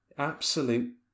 absolute